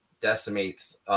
decimates